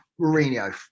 Mourinho